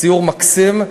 סיור מקסים.